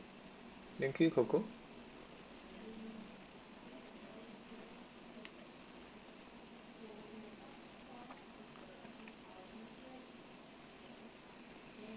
thank you coco